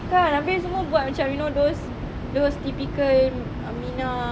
kan abeh semua buat macam you know those those typical minah